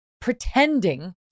pretending